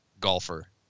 golfer